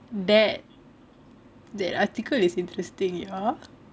that that article is interesting ya